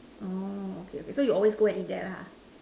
orh okay okay so you always go and eat there lah